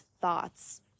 thoughts